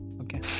Okay